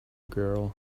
girl